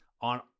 on